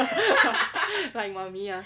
like mummy ah